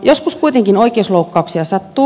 joskus kuitenkin oikeusloukkauksia sattuu